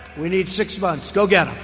we need six months. go get